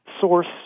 source